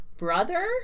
brother